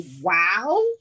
wow